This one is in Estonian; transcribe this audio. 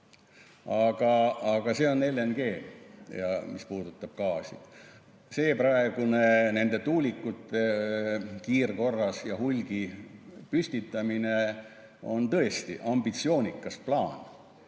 Aga see on LNG, mis puudutab gaasi. See praegune [plaan], nende tuulikute kiirkorras ja hulgi püstitamine on tõesti ambitsioonikas.